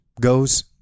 goes